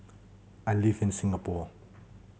I live in Singapore